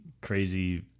crazy